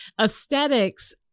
aesthetics